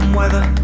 weather